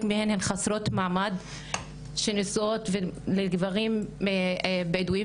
מהן הן חסרות מעמד שנשואות לגברים בדואים,